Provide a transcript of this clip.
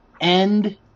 end